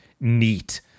neat